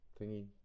thingy